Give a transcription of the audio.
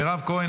מירב כהן,